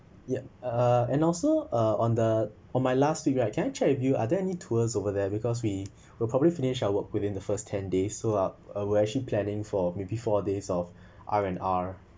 yup uh and also uh on the on my last week right can I check with you are there any tours over there because we will probably finish our work within the first ten day so uh we're actually planning for maybe four days of r and r